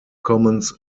commons